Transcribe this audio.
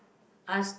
hus~